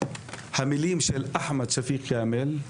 המילים של אחמד שפיק כאמל,